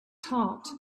tart